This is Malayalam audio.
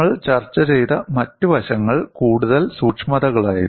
നമ്മൾ ചർച്ച ചെയ്ത മറ്റ് വശങ്ങൾ കൂടുതൽ സൂക്ഷ്മതകളായിരുന്നു